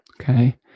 Okay